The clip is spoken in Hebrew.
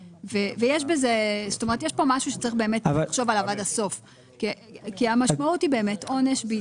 יש פה משהו שצריך באמת לחשוב עליו עד הסוף כי המשמעות היא באמת עונש.